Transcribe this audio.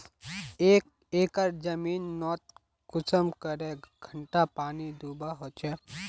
एक एकर जमीन नोत कुंसम करे घंटा पानी दुबा होचए?